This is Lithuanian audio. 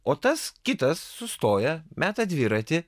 o tas kitas sustoja meta dviratį